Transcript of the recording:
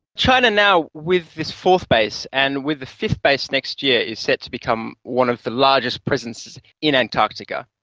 china now, with this fourth base and with a fifth base next year is set to become one of the largest presences in antarctica.